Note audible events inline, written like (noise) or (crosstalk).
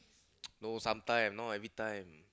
(noise) no sometime not everytime